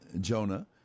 Jonah